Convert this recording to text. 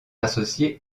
associée